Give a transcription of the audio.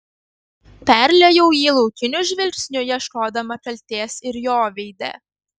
perliejau jį laukiniu žvilgsniu ieškodama kaltės ir jo veide